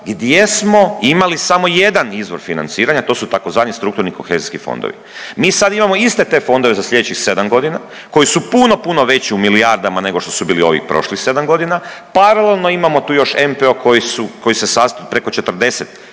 gdje smo imali samo jedan izvor financiranja, a to su tzv. strukturni kohezijski fondovi. Mi sad imamo iste te fondove za slijedećih 7.g. koji su puno puno veći u milijardama nego što su bili ovi prošlih 7.g., paralelno imamo tu još NPOO koji se sastoji preko 40